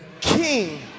king